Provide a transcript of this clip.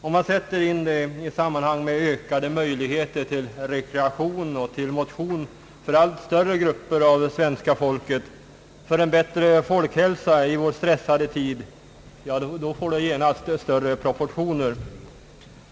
Om man sätter in det i sammanhang med ökade möjligheter till rekreation och motion för allt större grupper av svenska folket samt för en bättre folkhälsa i vår stressade tid, får det dock genast större proportioner.